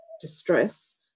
distress